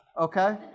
Okay